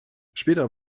später